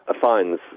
fines